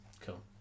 Cool